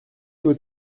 votre